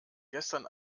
gestern